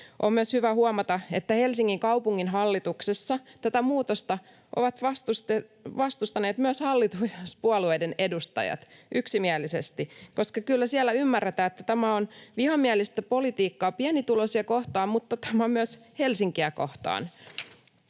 On myös hyvä huomata, että Helsingin kaupunginhallituksessa tätä muutosta ovat vastustaneet myös hallituspuolueiden edustajat yksimielisesti, koska kyllä siellä ymmärretään, että tämä on vihamielistä politiikkaa pienituloisia kohtaan mutta myös Helsinkiä kohtaan.